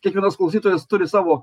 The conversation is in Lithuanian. kiekvienas klausytojas turi savo